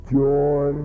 joy